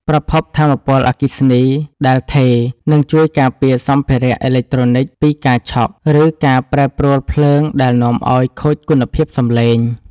ប្រភពថាមពលអគ្គិសនីដែលថេរ ជួយការពារសម្ភារៈអេឡិចត្រូនិចពីការឆក់ ឬការប្រែប្រួលភ្លើងដែលនាំឱ្យខូចគុណភាពសំឡេង។